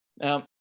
Now